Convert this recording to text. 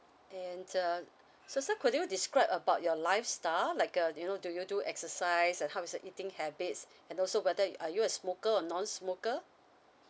and uh so sir could you describe about your lifestyle like uh you know do you do exercise and how is your eating habits and also whether are you a smoker or non smoker